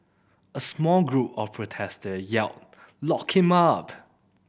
a small group of protester yelled Lock him up